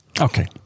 Okay